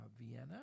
Vienna